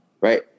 right